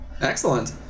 Excellent